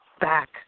back